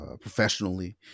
professionally